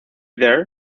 there